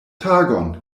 tagon